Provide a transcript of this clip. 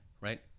right